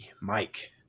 Mike